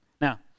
Now